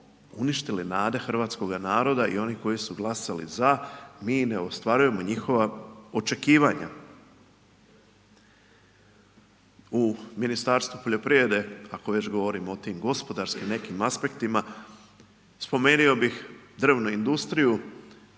uništili nade hrvatskoga naroda i onih koji su glasali za, mi ne ostvarujemo njihova očekivanja. U Ministarstvu poljoprivrede ako već govorimo o tim gospodarskim nekim aspektima spomenuo bih drvnu industriju,